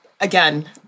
Again